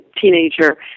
teenager